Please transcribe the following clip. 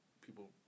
people